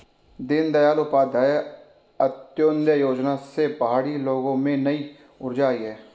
दीनदयाल उपाध्याय अंत्योदय योजना से पहाड़ी लोगों में नई ऊर्जा आई है